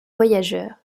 voyageurs